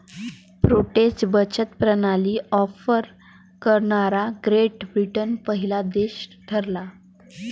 postage बचत प्रणाली offer करणारा ग्रेट ब्रिटन पहिला देश ठरला